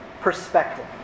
perspective